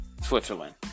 Switzerland